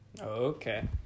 Okay